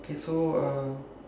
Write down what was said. okay so uh